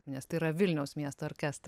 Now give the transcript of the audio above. nes tai yra vilniaus miesto orkestras